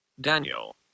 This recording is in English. Daniel